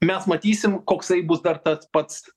mes matysim koksai bus dar tas pats